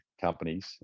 companies